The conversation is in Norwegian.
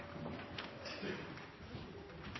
kan